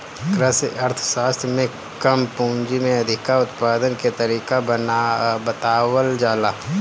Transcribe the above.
कृषि अर्थशास्त्र में कम पूंजी में अधिका उत्पादन के तरीका बतावल जाला